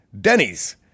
Denny's